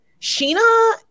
Sheena